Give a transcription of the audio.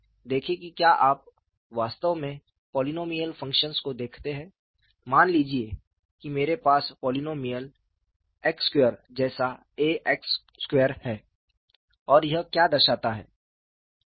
देखें कि क्या आप वास्तव में पोलीनोमिअल फंक्शन्स को देखते हैं मान लीजिए कि मेरे पास पोलीनोमिअल x2 जैसा ax2 है और यह क्या दर्शाता है